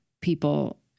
people